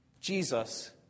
Jesus